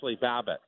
Babbitt